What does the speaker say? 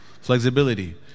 Flexibility